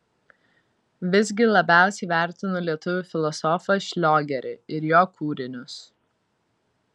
visgi labiausiai vertinu lietuvių filosofą šliogerį ir jo kūrinius